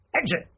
Exit